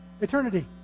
eternity